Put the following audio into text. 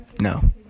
No